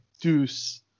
Deuce